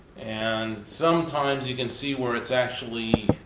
and sometimes you can see where it's actually